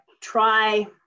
try